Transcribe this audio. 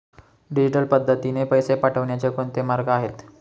Digital पद्धतीने पैसे पाठवण्याचे कोणते मार्ग आहेत?